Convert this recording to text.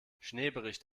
schneebericht